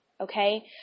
Okay